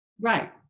Right